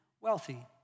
wealthy